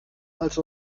als